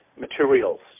materials